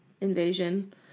invasion